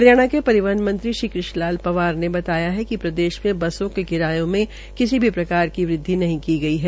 हरियाणा के परिवहन मंत्री श्री कृष्ण पाल ग्र्जर ने बताया कि प्रदेश में बसों के किराये में किसी प्रकार की बढ़ोंतरी नहीं की गई है